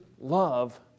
love